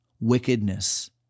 wickedness